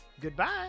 Goodbye